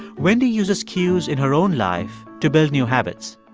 wendy uses cues in her own life to build new habits.